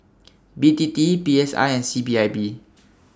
B T T P S I and C P I B